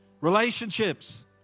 Relationships